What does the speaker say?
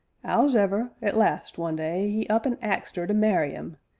ows'ever, at last, one day, e up an axed er to marry im,